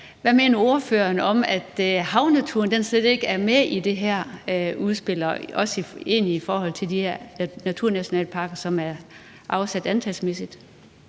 Hvad mener ordføreren om, at havnaturen slet ikke er med i det her udspil og egentlig heller ikke er blandt de naturnationalparker, som er afsat antalsmæssigt?